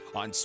on